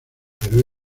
pero